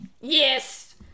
Yes